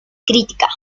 crítica